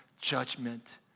judgment